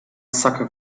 sucker